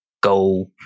go